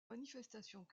manifestations